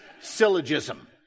syllogism